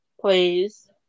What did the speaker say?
Please